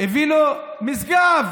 הביא לו, למאזן,